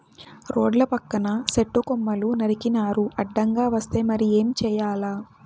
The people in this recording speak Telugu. రోడ్ల పక్కన సెట్టు కొమ్మలు నరికినారు అడ్డంగా వస్తే మరి ఏం చేయాల